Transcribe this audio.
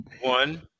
One